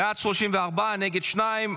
בעד, 34, נגד, שניים.